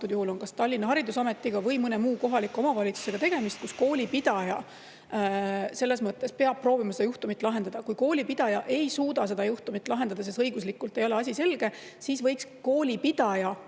kas Tallinna Haridusametiga või mõne muu kohaliku omavalitsusega, kus koolipidaja peab proovima seda juhtumit lahendada. Kui koolipidaja ei suuda seda juhtumit lahendada, sest õiguslikult ei ole asi selge, siis võiks koolipidaja